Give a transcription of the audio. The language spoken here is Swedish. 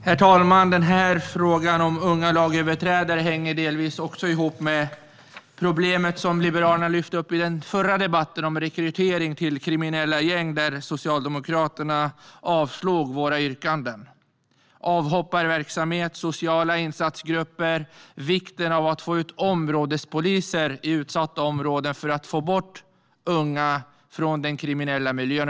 Herr talman! Frågan om unga lagöverträdare hänger delvis ihop med problemet som Liberalerna lyfte upp i den förra debatten, om rekrytering till kriminella gäng. Socialdemokraterna avslog våra yrkanden där. Detta handlar om avhopparverksamhet, sociala insatsgrupper och vikten av att få ut områdespoliser i utsatta områden för att få bort unga från den kriminella miljön.